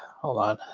hold on.